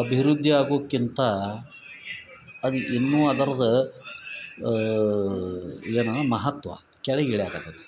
ಅಭಿವೃದ್ಧಿ ಆಗುಕ್ಕಿಂತ ಅದ ಇನ್ನೂ ಅದರ್ದ ಏನು ಮಹತ್ವ ಕೆಳಗಿಳಿಯಕತ್ತತಿ